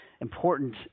important